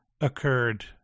occurred